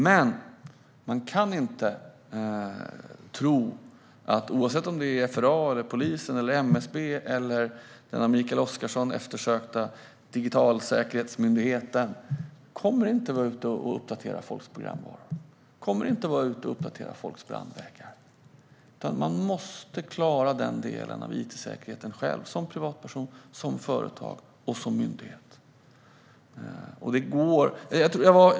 Men oavsett om det rör sig om FRA, polisen, MSB eller den av Mikael Oscarsson efterfrågade digitalsäkerhetsmyndigheten kommer myndigheten i fråga inte att vara ute och uppdatera folks programvaror eller brandväggar. Man måste klara den delen av it-säkerheten själv - som privatperson, som företag och som myndighet.